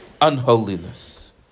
unholiness